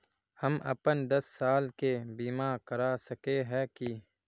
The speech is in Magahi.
हम अपन दस साल के बीमा करा सके है की?